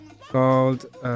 called